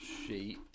Sheet